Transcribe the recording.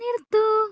നിർത്തൂ